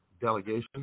delegation